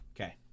Okay